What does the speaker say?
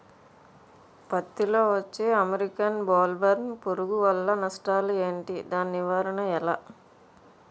పత్తి లో వచ్చే అమెరికన్ బోల్వర్మ్ పురుగు వల్ల నష్టాలు ఏంటి? దాని నివారణ ఎలా?